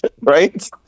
Right